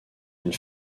une